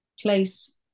place